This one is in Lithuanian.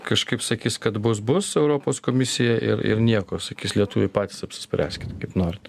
kažkaip sakys kad bus bus europos komisija ir ir nieko sakys lietuviai patys apsispręskit kaip norit